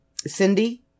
Cindy